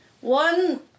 one